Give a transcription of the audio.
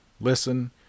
listen